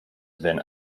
been